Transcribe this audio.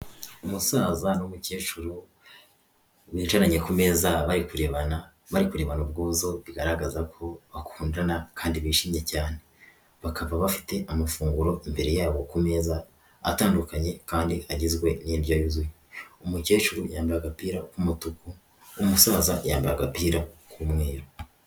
Umusaza n'umukecuru bicaranye ku meza bari kurebana, bari kurebana ubwuzu bigaragaza ko bakundana kandi bishimye cyane. Bakaba bafite amafunguro imbere yabo ku meza atandukanye kandi agizwe n'indyo yuzuye. Umukecuru yambaye agapira k'umutuku, umusaza yambaye agapira k'umweru.